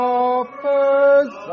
offers